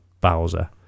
Bowser